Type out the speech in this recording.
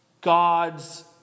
God's